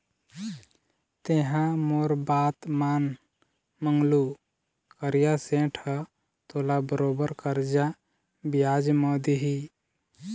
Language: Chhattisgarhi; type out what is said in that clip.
तेंहा मोर बात मान मंगलू करिया सेठ ह तोला बरोबर करजा बियाज म दिही